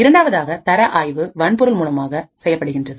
இரண்டாவதான தர ஆய்வுவன்பொருள் மூலமாக செய்யப்படுகின்றது